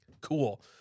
Cool